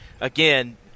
Again